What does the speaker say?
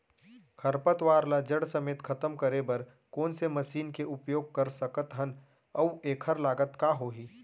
खरपतवार ला जड़ समेत खतम करे बर कोन से मशीन के उपयोग कर सकत हन अऊ एखर लागत का होही?